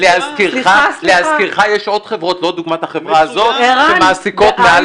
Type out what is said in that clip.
להזכירך יש עוד חברות דוגמת החברה הזו שמעסיקות מעל